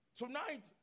Tonight